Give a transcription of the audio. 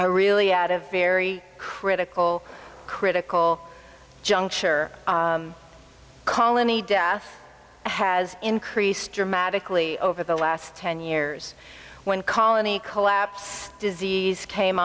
i really had a very critical critical juncture colony death has increased dramatically over the last ten years when colony collapse disease came